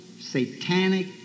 satanic